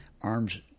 arms